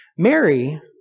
Mary